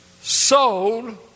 Sold